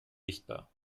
sichtbar